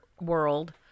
world